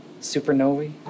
Supernovae